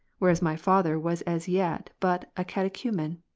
whereas my father was as yet but a catechu men,